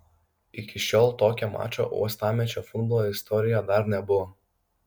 iki šiol tokio mačo uostamiesčio futbolo istorijoje dar nebuvo